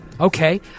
Okay